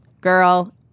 Girl